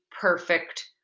perfect